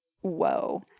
Whoa